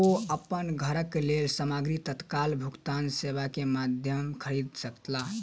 ओ अपन घरक लेल सामग्री तत्काल भुगतान सेवा के माध्यम खरीद सकला